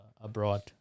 abroad